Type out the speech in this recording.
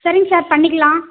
சரிங்க சார் பண்ணிக்கலாம்